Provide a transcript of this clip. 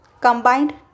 combined